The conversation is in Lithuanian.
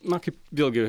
na kaip vėlgi